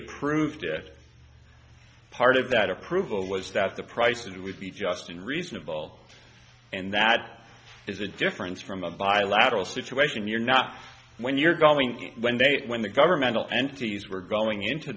approved it part of that approval was that the price would be just unreasonable and that is a difference from a bilateral situation you're not when you're going when they when the governmental entities were going into